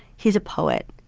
he's a poet,